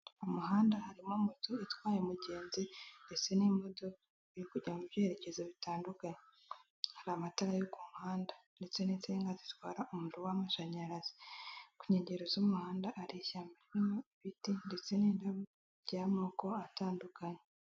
Mu muhanda harimo moto itwaye umugenzi ndetse n'imodoka iri kujya mu byerekezo bitandukanye hari amatara yo ku muhanda ndetse n'izindi nka zitwara umuriro w'amashanyarazi ku nkengero z'umuhanda areshya harimo ibiti ndetse n'inda y'amoko atandukanye.